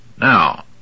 Now